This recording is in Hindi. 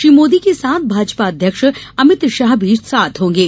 श्री मोदी के साथ भाजपा अध्यक्ष अमित शाह भी होंगे